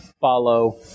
follow